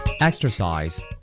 Exercise